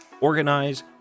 organize